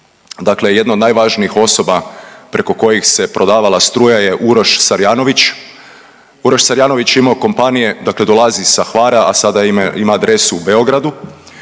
dakle jedna od najvažnijih osoba preko kojih se prodavala struja je Uroš Sarjanović. Uroš Sarjanović je imamo kompanije, dakle dolazi sa Hvara, a sada ima adresu u Beogradu,